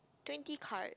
twenty card